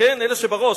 אלה שבראש,